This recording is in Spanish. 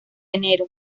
enero